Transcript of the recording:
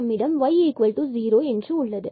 நம்மிடம் y0 உள்ளது